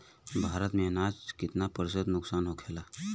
भारत में अनाज कितना प्रतिशत नुकसान होखेला?